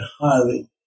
highly